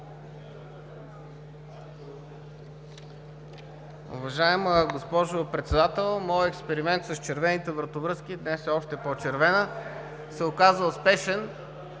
Уважаема госпожо Председател, моят експеримент с червените вратовръзки – днес е още по-червена – се оказа успешен.